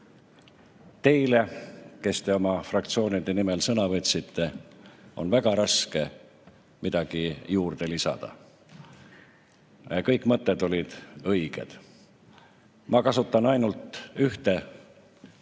Teile, kes te oma fraktsiooni nimel sõna võtsite, on väga raske midagi juurde lisada. Kõik mõtted olid õiged. Ma kasutan ainult ühte